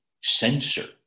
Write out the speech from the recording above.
censor